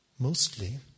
Mostly